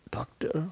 Doctor